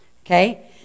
Okay